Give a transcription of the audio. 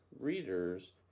readers